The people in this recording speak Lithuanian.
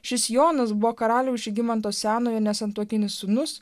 šis jonas buvo karaliaus žygimanto senojo nesantuokinis sūnus